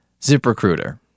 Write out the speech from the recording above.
Ziprecruiter